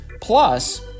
plus